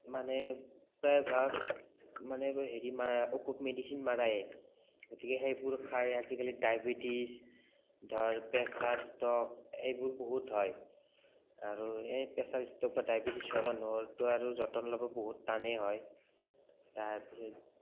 মানে প্ৰায়ভাগ মানে হেৰি মাৰা ঔষধ মেডিচিন মাৰায়ে গতিকে সেইবোৰ খাই আজিকালি ডাইবেটিজ ধৰ প্ৰেছাৰ ষ্ট্ৰক এইবোৰ বহুত হয় আৰু এই প্ৰেছাৰ ষ্ট্ৰক বা ডাইবেটিজ হোৱা মানুহৰ ত' আৰু যতন ল'ব বহুত টানেই হয় তাৰপিছত